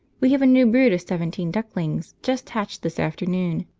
we have a new brood of seventeen ducklings just hatched this afternoon.